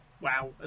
Wow